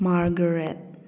Margaret